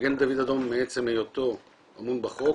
מגן דוד אדום מעצם היותו אמון בחוק,